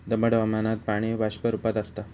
दमट हवामानात पाणी बाष्प रूपात आसता